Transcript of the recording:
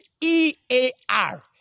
E-A-R